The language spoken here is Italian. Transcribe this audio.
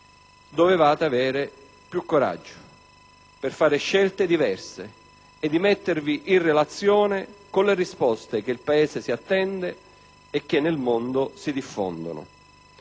Dovevate avere più coraggio per fare scelte diverse e mettervi in relazione con le risposte che il Paese si attende e che nel mondo si diffondono.